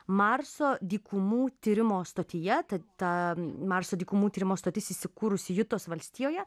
marso dykumų tyrimo stotyje tad marso dykumų tyrimo stotis įsikūrusi jutos valstijoje